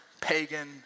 pagan